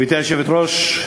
גברתי היושבת-ראש,